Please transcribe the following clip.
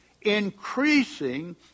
increasing